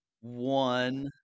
one